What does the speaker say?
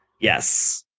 Yes